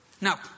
Now